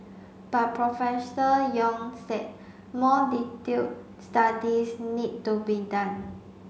but Professor Yong said more detailed studies need to be done